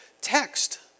text